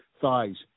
thighs